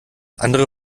andere